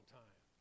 time